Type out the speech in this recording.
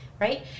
right